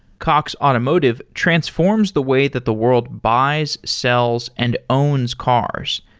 cox automotive transforms the way that the world buys, sells and owns cars.